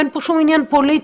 אין פה שום עניין פוליטי,